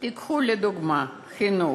תיקחו לדוגמה, חינוך: